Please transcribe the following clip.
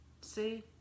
See